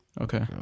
Okay